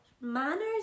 manners